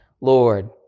Lord